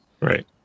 Right